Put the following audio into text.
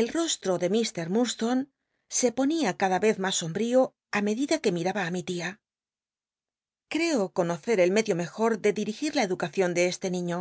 el rosli'o de mr urdstonc se ponía cada ycz mas sombrío á medida que milaba á mi lia creo conocer el medio mejor de dirigir la educacion de csle niíio